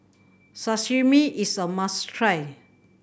sashimi is a must try